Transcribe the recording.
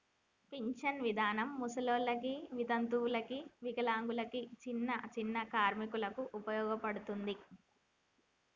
pension విధానం ముసలోళ్ళకి వితంతువులకు వికలాంగులకు చిన్ని చిన్ని కార్మికులకు ఉపయోగపడతది